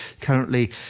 Currently